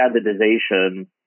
standardization